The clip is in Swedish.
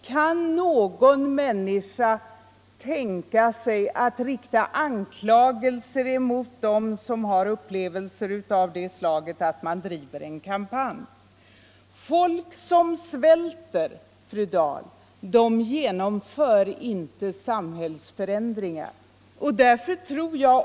Kan någon människa rikta anklagelser mot dem som har upplevelser av det slaget för att de lägger förslag och söker påverka en opinion? Folk som svälter, fru Dahl, genomför inte samhällsförändringar.